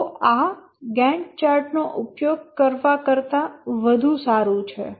તો આ Gantt chart નો ઉપયોગ કરવા કરતાં વધુ સારૂ છે